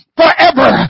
forever